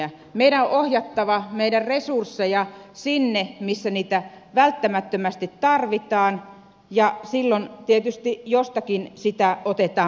meidän on ohjattava meidän resursseja sinne missä niitä välttämättömästi tarvitaan ja silloin tietysti jostakin niitä otetaan pois